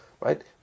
right